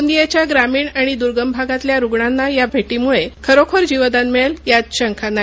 गोंदियाच्या ग्रामीण आणि दुर्गम भागातल्या रुग्णांना या भेटीमुळे खरोखर जीवदान मिळेल यात शंका नाही